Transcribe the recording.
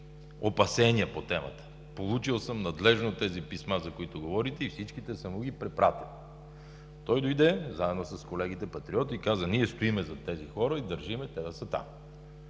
опасения по темата. Получил съм надлежно писмата, за които говорите, и всичките съм му ги препратил. Той дойде, заедно с колегите Патриоти, и каза: „Ние стоим зад тези хора и държим те да са там.